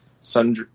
Sun